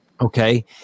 Okay